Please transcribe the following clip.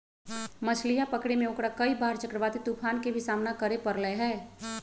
मछलीया पकड़े में ओकरा कई बार चक्रवाती तूफान के भी सामना करे पड़ले है